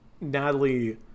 Natalie